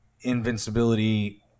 invincibility